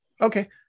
Okay